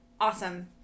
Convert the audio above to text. awesome